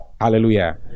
Hallelujah